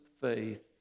faith